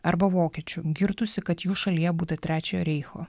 arba vokiečių girtųsi kad jų šalyje būta trečiojo reicho